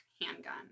handgun